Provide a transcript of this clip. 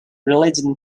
religion